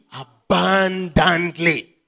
abundantly